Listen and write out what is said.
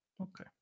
Okay